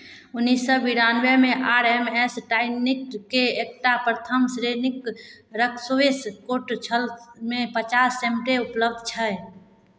उनैस सए बिरानवेमे आर एम एस टाइनिटके एकटा प्रथम श्रेणीक रस्क्वेस कोर्ट छलमे पचास सेंमटे उपलब्ध छै